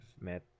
met